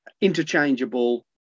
interchangeable